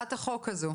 הצעת החוק הזאת?